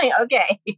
Okay